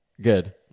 Good